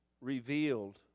revealed